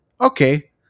okay